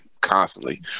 constantly